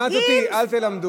זה יהיה ארבע דקות.